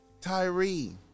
Tyree